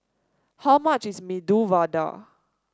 how much is Medu Vada